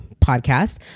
podcast